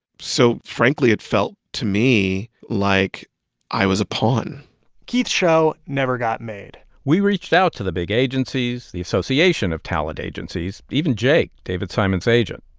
so, frankly, it felt, to me, like i was a pawn keith's show never got made we reached out to the big agencies, the association of talent agencies, even jake, david simon's agent,